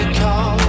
call